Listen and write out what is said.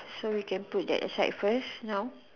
so we can put that side first now